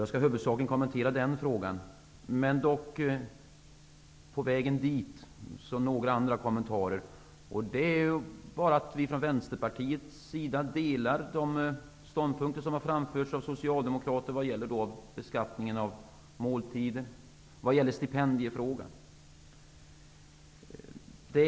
Jag skall huvudsakligen kommentera den frågan, men jag vill på vägen dit ge ett par andra kommentarer. Från Vänsterpartiet delar vi de uppfattningar som har framförts av socialdemokrater angående beskattningen av måltider och angående stipender.